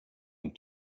and